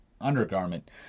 undergarment